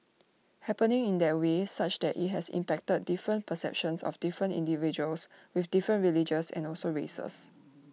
happening in that way such that IT has impacted different perceptions of different individuals with different religions and also races